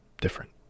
different